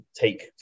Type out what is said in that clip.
take